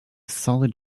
solid